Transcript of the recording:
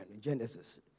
Genesis